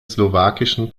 slowakischen